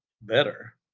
better